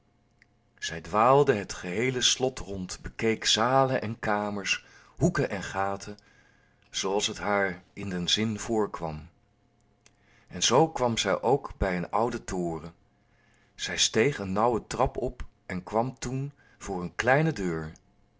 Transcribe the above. zij dwaalde het geheele slot rond bekeek zalen en kamers hoeken en gaten zooals het haar in den zin kwam en zoo kwam zij ook bij een ouden toren zij steeg een nauwe trap op en kwam toen voor een kleine deur